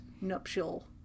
nuptial